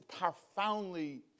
profoundly